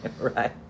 right